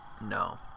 No